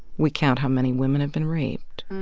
we count how many women have been raped.